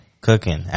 cooking